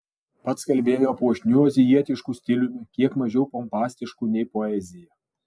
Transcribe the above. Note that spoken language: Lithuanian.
pats kalbėjo puošniu azijietišku stiliumi kiek mažiau pompastišku nei poezija